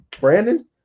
Brandon